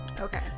Okay